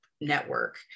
network